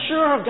Sure